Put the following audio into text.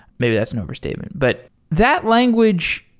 maybe that's an overstatement. but that language,